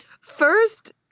first